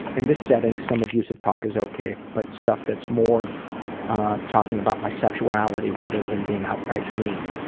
in this setting some abusive talk is okay, but stuff that's more talking about my sexuality rather than being outright mean.